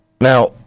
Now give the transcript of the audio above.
now